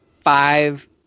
five